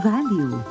Value